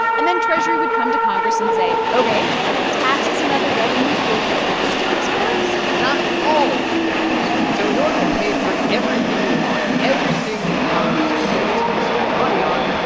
and then treasury would come to congress and say, ok taxes and other revenues will cover most of these bills but not all of the bills. and so in order to pay for everything we want, everything that congress has said it's going to spend money on,